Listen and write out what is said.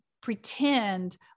pretend